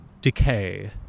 decay